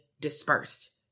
dispersed